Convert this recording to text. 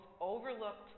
overlooked